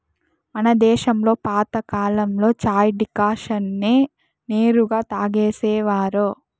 మన దేశంలో పాతకాలంలో చాయ్ డికాషన్ నే నేరుగా తాగేసేవారు